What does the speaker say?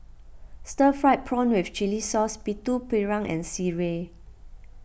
Stir Fried Prawn with Chili Sauce Putu Piring and Sireh